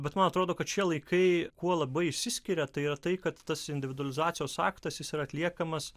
bet man atrodo kad šie laikai kuo labai išsiskiria tai yra tai kad tas individualizacijos aktas jis yra atliekamas